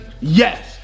Yes